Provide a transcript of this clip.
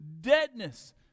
deadness